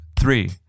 three